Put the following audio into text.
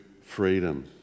freedom